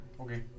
Okay